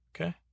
Okay